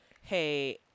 hey